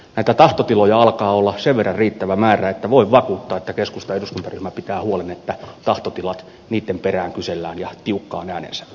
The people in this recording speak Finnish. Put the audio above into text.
näitä tahtotiloja alkaa olla sen verran riittävä määrä että voin vakuuttaa että keskustan eduskuntaryhmä pitää huolen että tahtotilojen perään kysellään ja jukka on äänessä